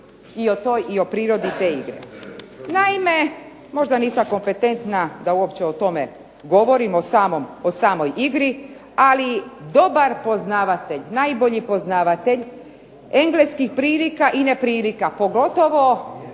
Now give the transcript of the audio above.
i o prirodi te igre. Naime možda nisam kompetentna da uopće o tome govorim, o samoj igri, ali dobar poznavatelj, najbolji poznavatelj engleskih prilika i neprilika pogotovo